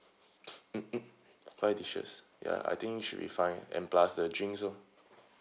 mm mm five dishes ya I think should be fine and plus the drinks lor